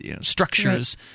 structures